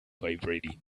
vibrating